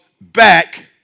back